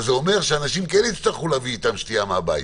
זה אומר שאנשים כן יצטרכו להביא אתם שתייה מהבית.